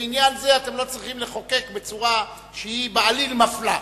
שבעניין זה אתם לא צריכים לחוקק בצורה שהיא בעליל מפלה,